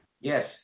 Yes